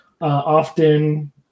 often